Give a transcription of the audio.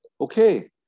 okay